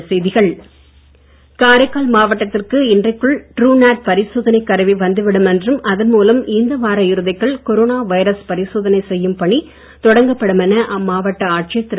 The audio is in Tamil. காரைக்கால் காரைக்கால் மாவட்டத்திற்கு இன்றைக்குள் ட்ருநாட் பரிசோதனைக் கருவி வந்துவிடும் என்றும் அதன் மூலம் இந்த வார இறுதிக்குள் கொரோனா வைரஸ் பரிசோதனை செய்யும் பணி தொடங்கப்படும் என அம்மாவட்ட ஆட்சியர் திரு